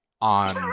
on